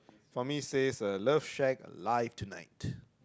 for me says uh love shag live tonight